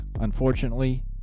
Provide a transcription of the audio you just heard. unfortunately